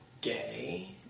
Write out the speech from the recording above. gay